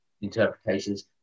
interpretations